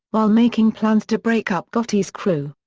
while making plans to break up gotti's crew.